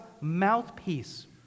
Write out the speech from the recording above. mouthpiece